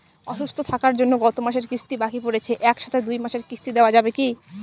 অসুস্থ থাকার জন্য গত মাসের কিস্তি বাকি পরেছে এক সাথে দুই মাসের কিস্তি দেওয়া যাবে কি?